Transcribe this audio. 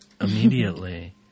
immediately